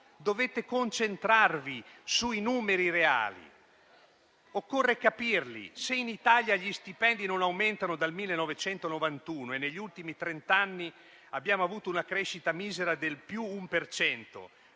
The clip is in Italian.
Dovete concentrarvi sui numeri reali. Occorre capirli: se in Italia gli stipendi non aumentano dal 1991 e negli ultimi trent'anni abbiamo avuto una crescita misera del più 1 per cento,